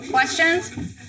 Questions